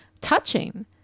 touching